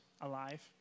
alive